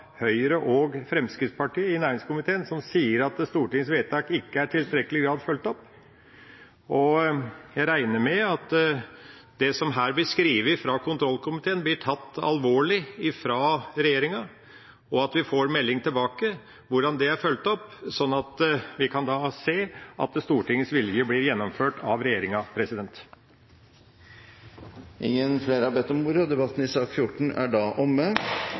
Høyre og Fremskrittspartiet, som sier at Stortingets vedtak ikke i tilstrekkelig grad er fulgt opp. Jeg regner med at det som her har blitt skrevet fra kontrollkomiteen, blir tatt alvorlig av regjeringa, og at vi får en melding tilbake om hvordan dette er fulgt opp, sånn at vi kan se at Stortingets vilje blir gjennomført av regjeringa. Flere har ikke bedt om ordet til sak nr. 14. Stortinget er da